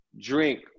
drink